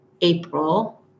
April